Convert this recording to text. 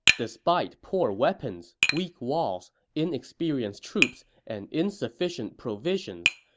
despite poor weapons, weak walls, inexperienced troops, and insufficient provisions,